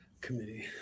committee